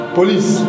Police